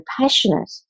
passionate